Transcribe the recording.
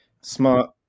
smart